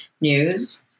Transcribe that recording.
news